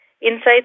insights